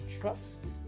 trust